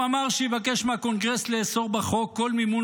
הוא אמר שיבקש מהקונגרס לאסור בחוק כל מימון